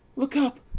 look up,